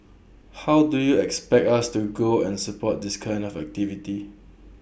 how do you expect us to go and support this kind of activity